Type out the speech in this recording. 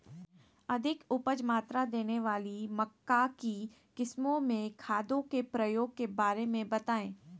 अधिक उपज मात्रा देने वाली मक्का की किस्मों में खादों के प्रयोग के बारे में बताएं?